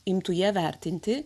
imtų ją vertinti